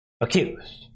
accused